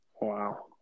Wow